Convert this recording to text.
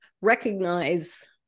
recognize